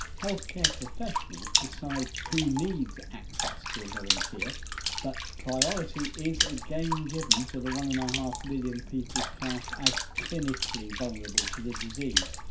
healthcare professionals decide who needs access to a volunteer but priority is again given to the one and a half million people classed as clinical vulnerable to the disease.